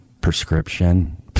prescription